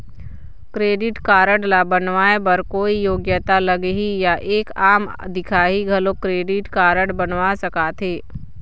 Credit card ला बनवाए बर कोई योग्यता लगही या एक आम दिखाही घलो क्रेडिट कारड बनवा सका थे?